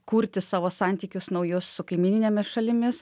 kurti savo santykius naujus su kaimyninėmis šalimis